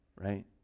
right